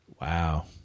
Wow